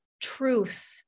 truth